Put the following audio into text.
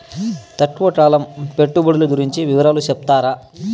తక్కువ కాలం పెట్టుబడులు గురించి వివరాలు సెప్తారా?